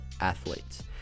athletes